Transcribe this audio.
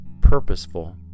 purposeful